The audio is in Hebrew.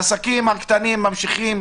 העסקים הקטנים ממשיכים